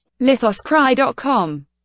lithoscry.com